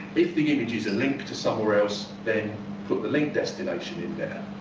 if the image is a link to somewhere else then put the link destination in there.